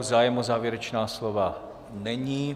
Zájem o závěrečná slova není.